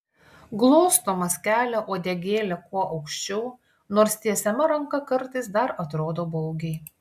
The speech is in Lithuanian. glostomas kelia uodegėlę kuo aukščiau nors tiesiama ranka kartais dar atrodo baugiai